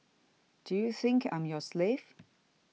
do you think I'm your slave